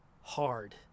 hard